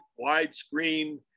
widescreen